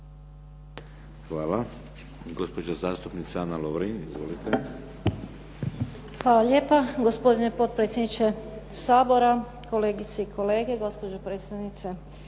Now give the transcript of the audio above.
lijepa. Gospodine potpredsjedniče Sabora, kolegice i kolege, gospođo predstavnice